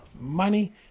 money